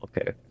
okay